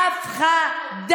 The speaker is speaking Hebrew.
משקרת, הכול מילים, את סתם צועקת.